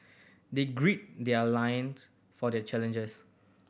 they gird their loins for the challenges